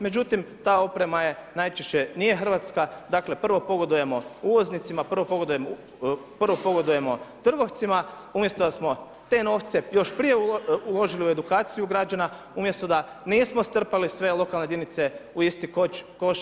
Međutim ta oprema je, najčešće nije hrvatska, dakle prvo pogodujemo uvoznicima, prvo pogodujemo trgovcima umjesto da smo te novce još prije uložili u edukaciju građana umjesto da nismo strpali sve lokalne jedinice u isti koš.